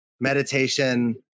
meditation